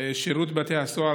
שירות בתי הסוהר,